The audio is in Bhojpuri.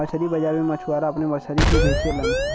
मछरी बाजार में मछुआरा अपने मछरी के बेचलन